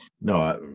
no